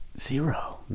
Zero